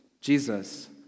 Jesus